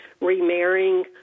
remarrying